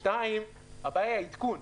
שתיים, הבעיה היא העדכון.